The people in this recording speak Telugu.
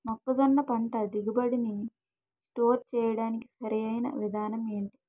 మొక్కజొన్న పంట దిగుబడి నీ స్టోర్ చేయడానికి సరియైన విధానం ఎంటి?